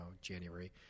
January